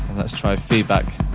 let's try feedback.